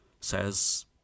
says